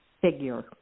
figure